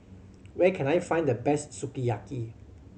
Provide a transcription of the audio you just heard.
where can I find the best Sukiyaki